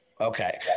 Okay